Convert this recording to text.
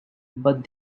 but